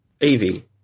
Evie